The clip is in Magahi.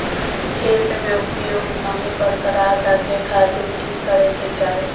खेत में उपयुक्त नमी बरकरार रखे खातिर की करे के चाही?